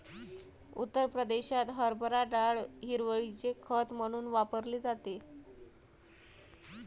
उत्तर प्रदेशात हरभरा डाळ हिरवळीचे खत म्हणून वापरली जाते